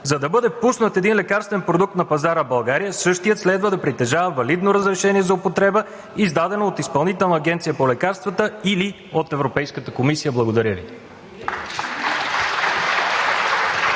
за да бъде пуснат един лекарствен продукт на пазара в България, същият следва да притежава валидно разрешение за употреба, издадено от Изпълнителната агенция по лекарствата или от Европейската комисия. Благодаря Ви.